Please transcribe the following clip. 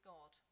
God